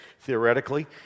theoretically